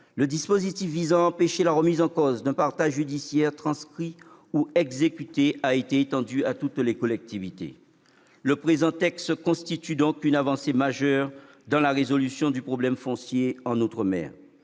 le dispositif visant à empêcher la remise en cause d'un partage judiciaire transcrit ou exécuté a été étendu à toutes les collectivités. Le présent texte constitue donc une avancée majeure dans la résolution du problème foncier en outre-mer.